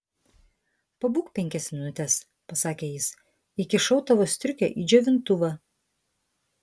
pabūk penkias minutes pasakė jis įkišau tavo striukę į džiovintuvą